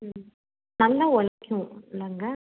ம் நல்லா உழைக்கும் இல்லைங்க